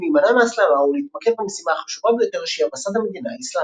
להימנע מהסלמה ולהתמקד במשימה החשובה ביותר שהיא הבסת המדינה האסלאמית.